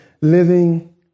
living